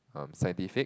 um scientific